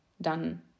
done